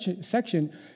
section